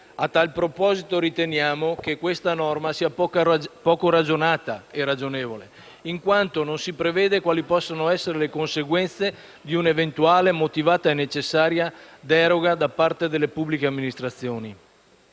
A tal proposito riteniamo che questa norma sia poco ragionata e ragionevole, in quanto non si prevede quali possano essere le conseguenze di una eventuale, motivata e necessaria deroga da parte delle pubbliche amministrazioni.